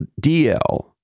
DL